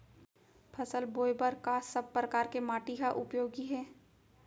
फसल बोए बर का सब परकार के माटी हा उपयोगी हे?